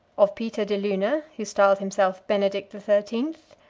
of peter de luna, who styled himself benedict the thirteenth,